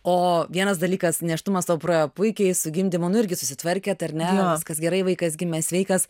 o vienas dalykas nėštumas tau praėjo puikiai su gimdymu irgi susitvarkėt ar ne viskas gerai vaikas gimė sveikas